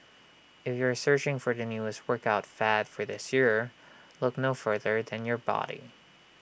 if you are searching for the newest workout fad for this year look no further than your body